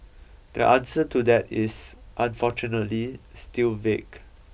the answer to that is unfortunately still vague